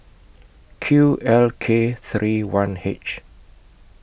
Q L K three one H